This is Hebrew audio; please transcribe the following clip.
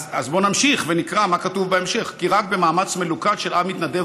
אז בוא נמשיך ונקרא מה כתוב בהמשך: "כי רק במאמץ מלוכד של עם מתנדב